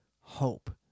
hope